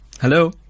Hello